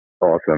awesome